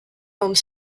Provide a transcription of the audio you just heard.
home